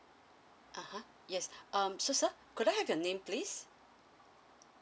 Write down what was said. (uh huh) yes um so sir could I have your name please